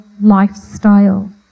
lifestyle